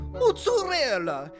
mozzarella